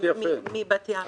מבת ים.